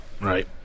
right